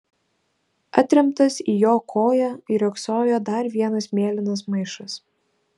atremtas į jo koją riogsojo dar vienas mėlynas maišas